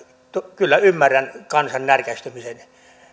kyllä ymmärrän täysin kansan närkästymisen